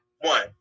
One